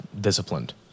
disciplined